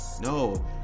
no